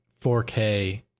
4K